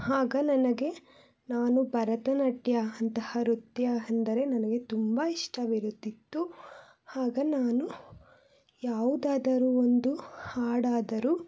ಆಗ ನನಗೆ ನಾನು ಭರತನಾಟ್ಯ ಅಂತಹ ನೃತ್ಯ ಅಂದರೆ ನನಗೆ ತುಂಬ ಇಷ್ಟವಿರುತ್ತಿತ್ತು ಆಗ ನಾನು ಯಾವುದಾದರೂ ಒಂದು ಹಾಡಾದರೂ